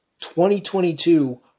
2022